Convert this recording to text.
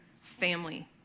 family